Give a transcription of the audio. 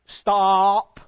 Stop